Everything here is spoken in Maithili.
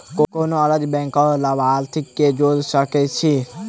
कोना अलग बैंकक लाभार्थी केँ जोड़ी सकैत छी?